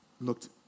looked